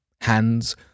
hands